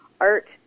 art